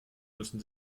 müssen